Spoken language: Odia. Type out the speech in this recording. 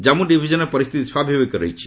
ଜନ୍ମ ଡିଭିଜନ୍ରେ ପରିସ୍ଥିତି ସ୍ୱାଭାବିକ ରହିଛି